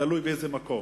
תלוי באיזה מקום.